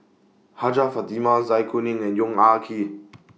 Hajjah Fatimah Zai Kuning and Yong Ah Kee